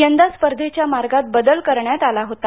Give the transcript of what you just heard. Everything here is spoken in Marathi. यंदा स्पर्धेच्या मार्गात बदल करण्यात आला होता